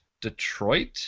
Detroit